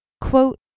Quote